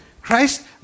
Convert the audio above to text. Christ